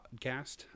Podcast